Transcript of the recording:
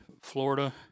Florida